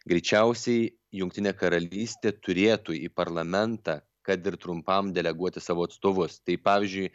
greičiausiai jungtinė karalystė turėtų į parlamentą kad ir trumpam deleguoti savo atstovus tai pavyzdžiui